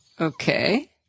Okay